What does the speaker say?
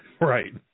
Right